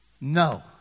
No